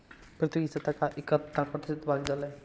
पृथ्वी की सतह का इकहत्तर प्रतिशत भाग जल है